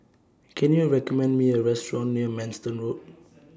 Can YOU recommend Me A Restaurant near Manston Road